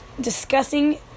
discussing